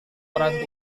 orang